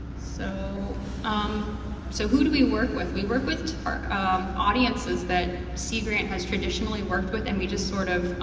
so um so who do we work with? we work with audiences that sea grant has traditionally worked with, and we just sort of